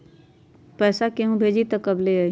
पैसा केहु भेजी त कब ले आई?